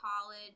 college